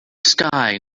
sky